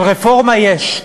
אבל רפורמה יש.